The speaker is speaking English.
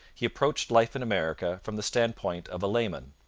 he approached life in america from the standpoint of a layman.